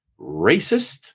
racist